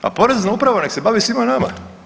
A Porezna uprava nek se bavi svima nama.